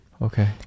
Okay